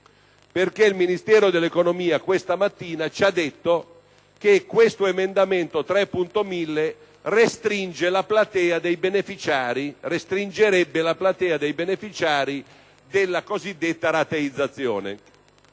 perché il Ministero dell'economia questa mattina ci ha detto che l'emendamento 3.1000 restringerebbe la platea di beneficiari della cosiddetta rateizzazione.